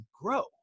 grow